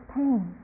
pain